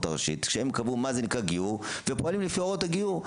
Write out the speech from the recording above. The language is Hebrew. הראשית שהם קבעו מה זה נקרא גיור ופועלים לפי הוראות הגיור.